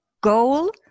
goal